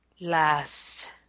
last